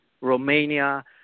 Romania